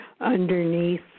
underneath